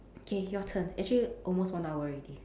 okay your turn actually almost one hour already